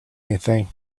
anything